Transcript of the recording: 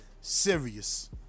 serious